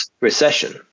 recession